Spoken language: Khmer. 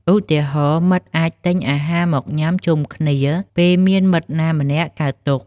ឧទាហរណ៍ មិត្តអាចទិញអាហារមកញុាំជុំគ្នាពេលមានមិត្តណាម្នាក់កើតទុក្ខ។